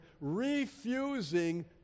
refusing